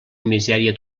misèria